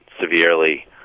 severely